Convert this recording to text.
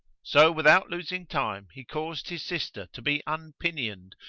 so without losing time he caused his sister to be unpinioned,